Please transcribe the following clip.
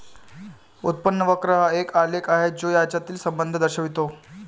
उत्पन्न वक्र हा एक आलेख आहे जो यांच्यातील संबंध दर्शवितो